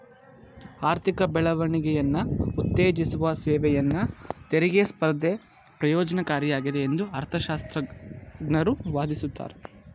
ಆರ್ಥಿಕ ಬೆಳವಣಿಗೆಯನ್ನ ಉತ್ತೇಜಿಸುವ ಸೇವೆಯನ್ನ ತೆರಿಗೆ ಸ್ಪರ್ಧೆ ಪ್ರಯೋಜ್ನಕಾರಿಯಾಗಿದೆ ಎಂದು ಅರ್ಥಶಾಸ್ತ್ರಜ್ಞರು ವಾದಿಸುತ್ತಾರೆ